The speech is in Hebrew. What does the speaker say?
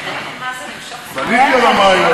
קודם כול,